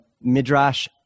Midrash